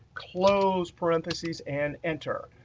close parentheses and enter.